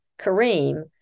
Kareem